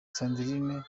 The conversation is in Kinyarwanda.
sandrine